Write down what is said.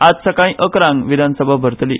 आज सकाळी अकरांक विधानसभा भरतली